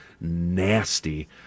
nasty